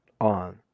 on